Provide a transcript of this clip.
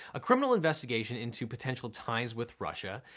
a criminal investigation into potential ties with russia,